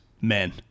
men